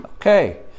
Okay